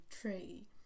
tree